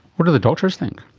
what did the doctors think?